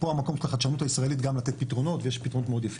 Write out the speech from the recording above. פה המקום של החדשנות הישראלית גם לתת פתרונות ויש פתרונות מאוד יפים.